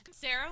Sarah